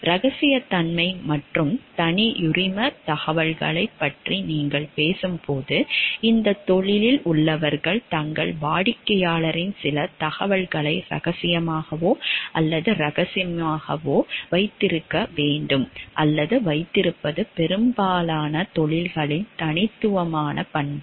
இரகசியத்தன்மை மற்றும் தனியுரிமத் தகவல்களைப் பற்றி நீங்கள் பேசும்போது இந்தத் தொழிலில் உள்ளவர்கள் தங்கள் வாடிக்கையாளரின் சில தகவல்களை ரகசியமாகவோ அல்லது ரகசியமாகவோ வைத்திருக்க வேண்டும் அல்லது வைத்திருப்பது பெரும்பாலான தொழில்களின் தனித்துவமான பண்பு